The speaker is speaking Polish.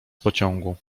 pociągu